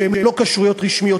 שהן לא כשרויות רשמיות.